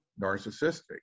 narcissistic